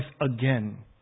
again